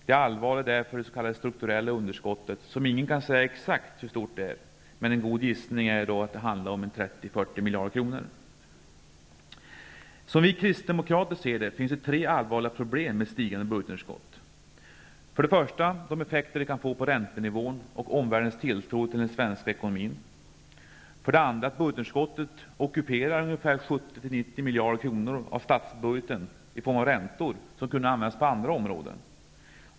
Det allvarliga är därför det s.k. strukturella underskottet, som ingen kan säga exakt hur stort det är. En god gissning är dock att det handlar om 30--40 miljarder kronor. Som vi kristdemokrater ser saken finns det tre allvarliga problem med ett stigande budgetunderskott. För det första gäller det de effekter som det kan få på räntenivån och omvärldens tilltro till den svenska ekonomin. För det andra ockuperar budgetunderskottet ungefär 70--90 miljarder kronor av statsbudgeten i form av räntor, medel som kunde användas på andra områden.